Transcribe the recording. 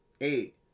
eight